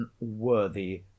unworthy